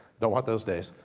don't want those days.